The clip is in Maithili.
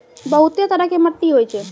बहुतै तरह के मट्टी होय छै